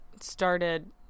started